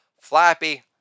flappy